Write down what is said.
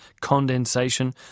condensation